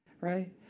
right